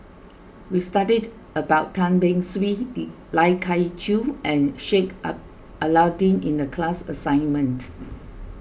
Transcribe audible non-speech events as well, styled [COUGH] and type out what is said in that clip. we studied about Tan Beng Swee [HESITATION] Lai Kew Chai and Sheik [HESITATION] Alau'ddin in the class assignment